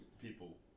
people